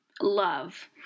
love